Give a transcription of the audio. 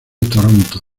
toronto